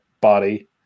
body